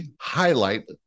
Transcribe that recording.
highlight